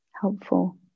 helpful